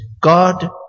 God